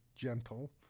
gentle